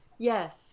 Yes